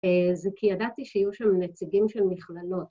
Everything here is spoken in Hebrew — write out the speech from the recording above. זה כי ידעתי שיהיו שם נציגים של מכללות.